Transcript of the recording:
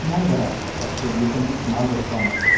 ഞാൻ വരാം പക്ഷേ വീക്ക് എൻഡിൽ മാൾ തുറക്കാമോ